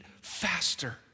faster